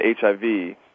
HIV